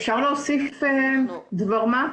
אפשר להוסיף דבר מה?